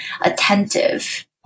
attentive